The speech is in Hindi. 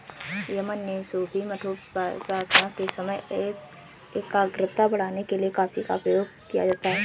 यमन में सूफी मठों में प्रार्थना के समय एकाग्रता बढ़ाने के लिए कॉफी का प्रयोग किया जाता था